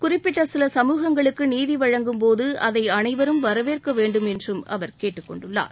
குறிப்பிட்ட சில சமூகங்களுக்கு நீதி வழங்கும்போது அதை அனைவரும் வரவேற்க வேண்டும் என்றும் அவர் கேட்டுக் கொண்டார்